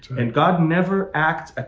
and god never act,